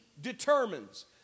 determines